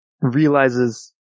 realizes